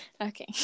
Okay